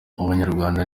abanyarwanda